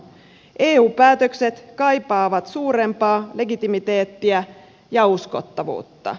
eu päätökset kaipaavat suurempaa legitimiteettiä ja uskottavuutta